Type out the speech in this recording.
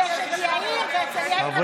לנו יש את יאיר ואצל יאיר אפשר,